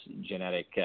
genetic